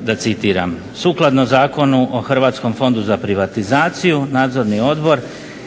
da citiram: "Sukladno Zakonu o Hrvatskom fondu za privatizaciju Nadzorni odbor